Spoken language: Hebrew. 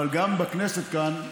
אבל גם בכנסת כאן,